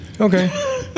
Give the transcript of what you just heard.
Okay